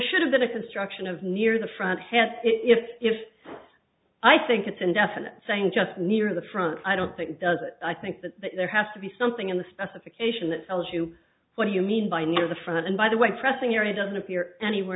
should have been a construction of near the front half if if i think it's indefinite saying just near the front i don't think it does it i think that there has to be something in the specification that tells you what do you mean by near the front and by the way pressing area doesn't appear anywhere